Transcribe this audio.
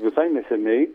visai neseniai